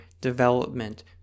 development